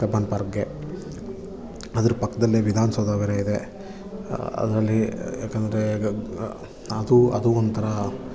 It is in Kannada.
ಕಬ್ಬನ್ ಪಾರ್ಕ್ಗೆ ಅದರ ಪಕ್ಕದಲ್ಲೇ ವಿಧಾನಸೌಧ ಬೇರೆ ಇದೆ ಅದರಲ್ಲಿ ಯಾಕಂದರೆ ಅದು ಅದು ಒಂಥರ